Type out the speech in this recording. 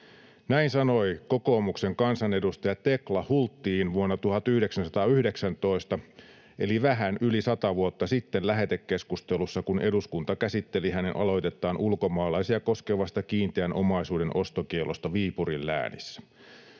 Näin sanoi kokoomuksen kansanedustaja Tekla Hultin vuonna 1919 eli vähän yli sata vuotta sitten lähetekeskustelussa, kun eduskunta käsitteli hänen aloitettaan ulkomaalaisia koskevasta kiinteän omaisuuden ostokiellosta Viipurin läänissä.